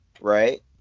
right